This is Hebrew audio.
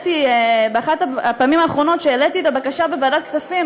באחת הפעמים האחרונות שהעליתי את הבקשה בוועדת הכספים